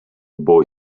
boy